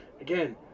again